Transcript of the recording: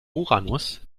uranus